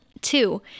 Two